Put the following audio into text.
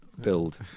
build